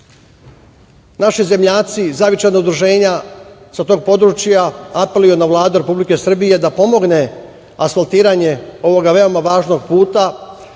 zemljaci iz zavičajnog udruženja sa tog područja apeluju na Vladu Republike Srbije da pomogne asfaltiranje ovog veoma važnog puta,